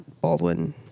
Baldwin